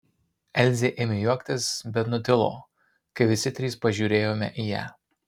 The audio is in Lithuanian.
elzė ėmė juoktis bet nutilo kai visi trys pažiūrėjome į ją